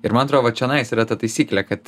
ir man atrodo va čionais yra ta taisyklė kad